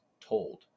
told